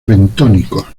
bentónicos